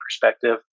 perspective